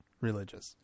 religious